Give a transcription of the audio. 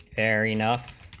fair enough